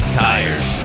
tires